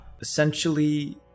Essentially